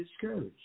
discouraged